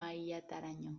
mailataraino